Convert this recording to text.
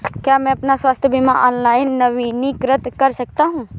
क्या मैं अपना स्वास्थ्य बीमा ऑनलाइन नवीनीकृत कर सकता हूँ?